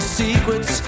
secrets